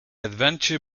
adventure